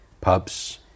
pubs